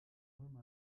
ulm